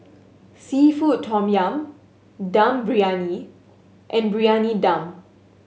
seafood tom yum Dum Briyani and Briyani Dum